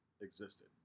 existed